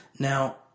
Now